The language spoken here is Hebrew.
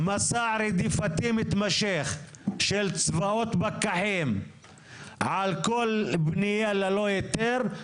מסע רדיפתי מתמשך של צבאות פקחים על כל בנייה ללא היתר,